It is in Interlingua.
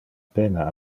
pena